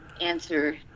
answer